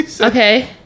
Okay